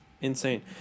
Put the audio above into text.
Insane